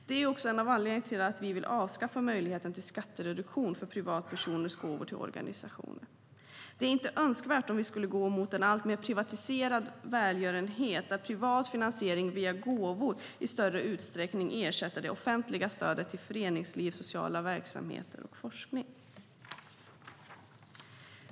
Det är också en av anledningarna till att vi vill avskaffa möjligheten till skattereduktion för privatpersoners gåvor till organisationer. Det är inte önskvärt att gå mot en alltmer privatiserad välgörenhet där privat finansiering via gåvor i större utsträckning ersätter det offentliga stödet till föreningsliv, sociala verksamheter och forskning.